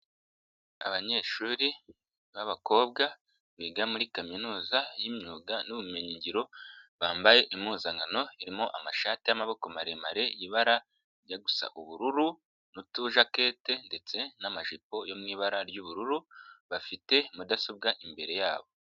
Abanyeshuri b'abakobwa, biga muri kaminuza y'imyuga n'ubumenyingiro, bambaye impuzankano irimo amashati y'amaboko maremare, ibara rijya gusa ubururu n'utujakete ndetse n'amajipo yo mu ibara ry'ubururu, bafite mudasobwa imbere yabo.